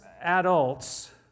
adults